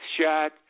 shot